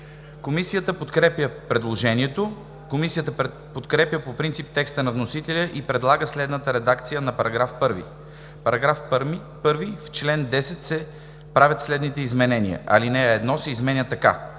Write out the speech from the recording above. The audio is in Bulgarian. Комисията подкрепя предложението. Комисията подкрепя по принцип текста на вносителя и предлага следната редакция на § 1: „§ 1. В чл. 10 се правят следните изменения: 1. Алинея 1 се изменя така: